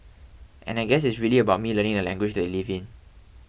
and I guess it's really about me learning the language that they live in